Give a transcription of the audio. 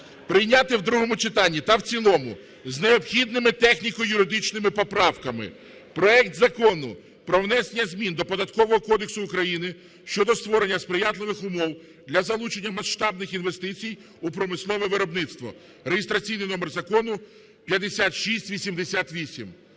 прийняти в другому читанні та в цілому з необхідними техніко-юридичними поправками проект Закону про внесення змін до Податкового кодексу України щодо створення сприятливих умов для залучення масштабних інвестицій у промислове виробництво (реєстраційний номер закону 5688).